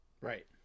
Right